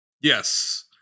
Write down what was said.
Yes